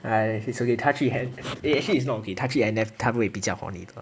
!hais! it's okay touchy hand eh actually it's not okay touchy hand then 他会比较 horny 的